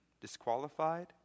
disqualified